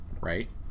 right